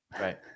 Right